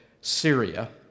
Syria